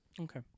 okay